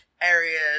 areas